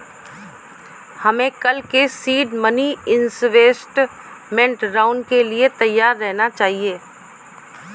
हमें कल के सीड मनी इन्वेस्टमेंट राउंड के लिए तैयार रहना चाहिए